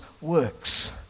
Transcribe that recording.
works